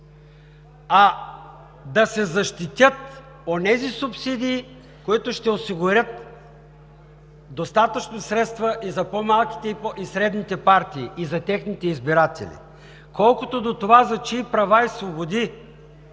а да се защитят онези субсидии, които ще осигурят достатъчно средства и за по-малките и средните партии, и за техните избиратели. Колкото до това за чии права и свободи